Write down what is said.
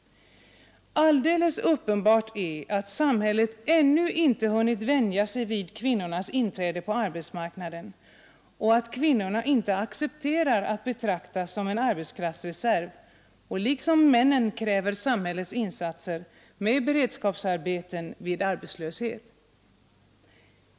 Alldeles uppenbart är att samhället ännu inte hunnit vänja sig vid kvinnornas inträde på arbetsmarknaden och att kvinnorna inte accepterar att betraktas som en arbetskraftsreserv utan liksom männen kräver samhällets insatser med beredskapsarbeten vid arbetslöshet.